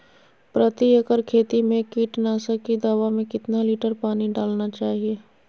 प्रति एकड़ खेती में कीटनाशक की दवा में कितना लीटर पानी डालना चाइए?